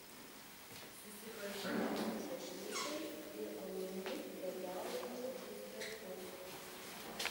susipažino su šašlykais ir alumi prekiaujančiu uzbeku